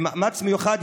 במאמץ מיוחד,